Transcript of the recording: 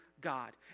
God